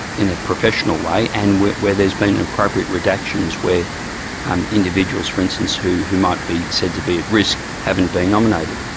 in a professional way, and where where there's been appropriate redactions, where and individuals for instance who who might be said to be at risk, havn't been nominated.